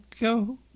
go